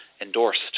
endorsed